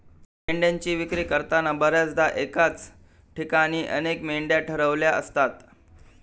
मेंढ्यांची विक्री करताना बर्याचदा एकाच ठिकाणी अनेक मेंढ्या ठेवलेल्या असतात